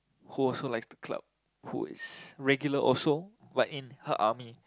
who also like to club who is regular also but in her army